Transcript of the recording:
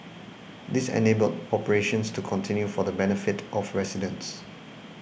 this enabled operations to continue for the benefit of residents